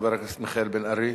חבר הכנסת מיכאל בן-ארי